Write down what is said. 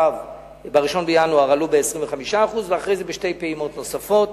ב-1 בינואר עלו ב-25% ואחר כך בשתי פעימות נוספות,